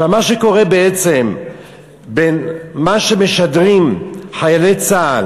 מה שקורה בעצם בין מה שמשדרים חיילי צה"ל